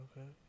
Okay